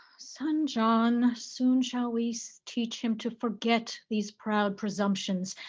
son john, soon shall we so teach him to forget these proud presumptions,